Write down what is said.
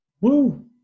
Woo